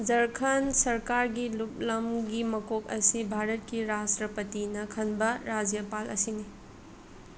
ꯖꯔꯈꯟ ꯁꯔꯀꯥꯔꯒꯤ ꯂꯨꯞꯂꯝꯒꯤ ꯃꯀꯣꯛ ꯑꯁꯤ ꯚꯥꯔꯠꯀꯤ ꯔꯥꯁꯇ꯭ꯔꯄꯇꯤꯅ ꯈꯟꯕ ꯔꯥꯖ꯭ꯌꯄꯥꯜ ꯑꯁꯤꯅꯤ